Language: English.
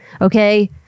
okay